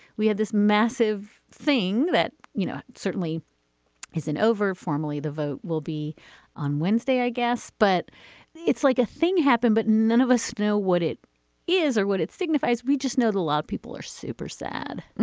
we had this massive thing that, you know, certainly is an over formally. the vote will be on wednesday, i guess, but it's like a thing happened. but none of us know what it is or what it signifies. we just know the law. people are super sad